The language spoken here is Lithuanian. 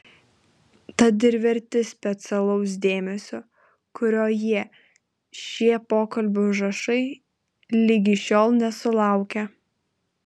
tad ir verti specialaus dėmesio kurio jie šie pokalbio užrašai ligi šiol nesulaukė